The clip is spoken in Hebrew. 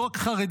לא רק חרדית,